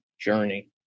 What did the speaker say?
journey